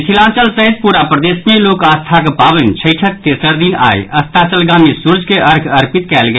मिथिलांचल सहित पूरा पदेश मे लोक आस्थाक पावनि छठिक तेसर दिन आइ अस्ताचलगामी सूर्य के अर्ध्य अर्पित कयल गेल